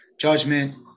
judgment